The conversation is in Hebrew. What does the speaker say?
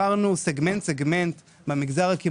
האם